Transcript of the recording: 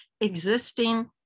existing